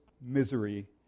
misery